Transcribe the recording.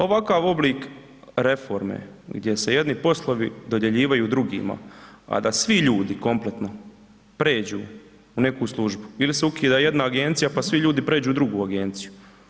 Ovakav oblik reforme gdje se jedni poslovi dodjeljivaju drugima, a da svi ljudi kompletno pređu u neku službu ili se ukida jedna agencija pa svi ljudi prijeđu u drugu agenciju.